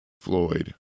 Floyd